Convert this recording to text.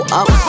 up